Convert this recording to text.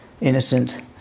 innocent